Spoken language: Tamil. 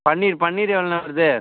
பன்னீர் பன்னீர் எவ்வளோண்ண வருது